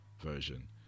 version